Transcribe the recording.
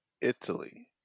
italy